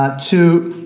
ah to,